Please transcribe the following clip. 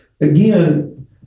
Again